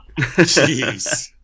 Jeez